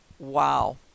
wow